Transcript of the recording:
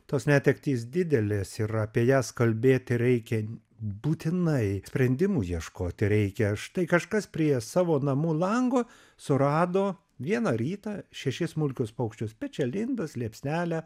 tos netektys didelės ir apie jas kalbėti reikia būtinai sprendimų ieškoti reikia štai kažkas prie savo namų lango surado vieną rytą šešis smulkius paukščius pečialindos liepsnelę